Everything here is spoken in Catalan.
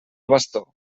bastó